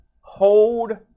hold